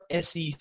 SEC